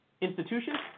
institutions